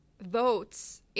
votes